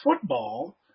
football